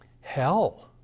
Hell